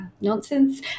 nonsense